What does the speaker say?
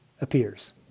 appears